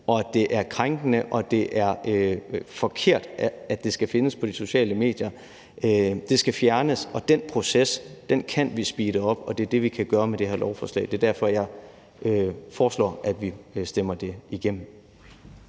Det er krænkende, og det er forkert, at det skal findes på de sociale medier. Det skal fjernes, og den proces kan vi speede op, og det er det, vi kan gøre med det her lovforslag. Det er derfor, jeg foreslår, at vi stemmer det igennem.